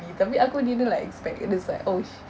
be tapi aku didn't like expect there's like oh sh~